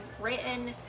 written